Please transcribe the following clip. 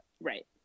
Right